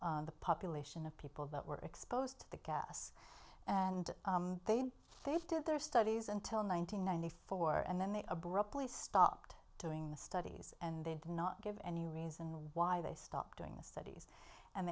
on the population of people that were exposed to the gas and they did their studies until nine hundred ninety four and then they abruptly stopped doing the studies and they did not give any reason why they stopped doing the studies and